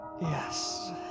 Yes